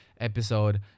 episode